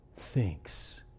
thinks